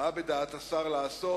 מה בדעת השר לעשות?